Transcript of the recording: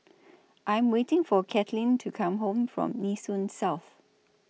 I Am waiting For Katlynn to Come Home from Nee Soon South